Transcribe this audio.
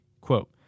quote